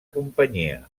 companyia